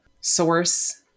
source